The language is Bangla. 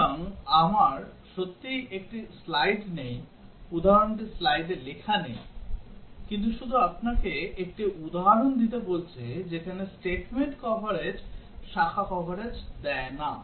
সুতরাং আমার সত্যিই একটি স্লাইড নেই উদাহরণটি স্লাইডে লেখা নেই কিন্তু শুধু আপনাকে একটি উদাহরণ দিতে বলছে যেখানে statement কভারেজ শাখা কভারেজ দেয় না